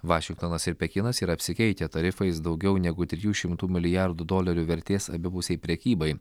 vašingtonas ir pekinas yra apsikeitę tarifais daugiau negu trijų šimtų milijardų dolerių vertės abipusei prekybai